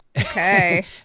Okay